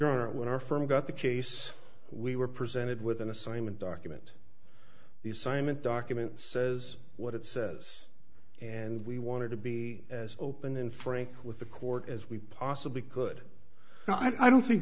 are what our firm got the case we were presented with an assignment document the assignment document says what it says and we wanted to be as open and frank with the court as we possibly could and i don't think